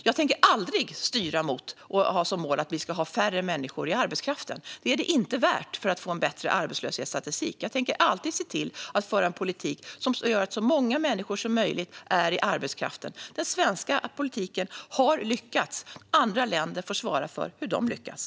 Jag tänker aldrig styra mot och ha som mål att vi ska ha färre människor i arbetskraften. Det är det inte värt för att få en bättre arbetslöshetsstatistik. Jag tänker alltid se till att föra en politik som gör att så många människor som möjligt är i arbetskraften. Den svenska politiken har lyckats. Andra länder får svara för hur de lyckas.